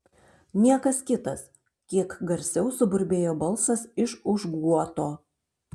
niekas kitas kiek garsiau suburbėjo balsas iš už guoto